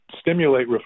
stimulate